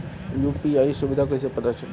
UPI सुबिधा कइसे पता चली?